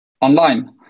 online